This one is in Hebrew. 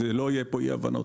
שלא יהיו אי הבנות.